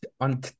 on